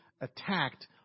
attacked